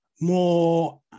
more